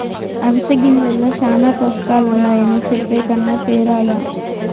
అవిసె గింజల్ల శానా పోసకాలుండాయని చెప్పే కన్నా తేరాదా